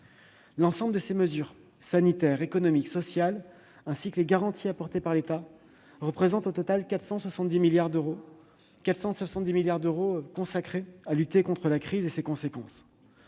L'ensemble de ces mesures sanitaires, économiques et sociales, ainsi que les garanties apportées par l'État représentent au total 470 milliards d'euros, consacrés à lutter contre la crise et ses conséquences.